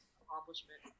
accomplishment